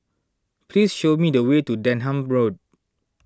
please show me the way to Denham Road